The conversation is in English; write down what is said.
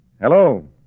Hello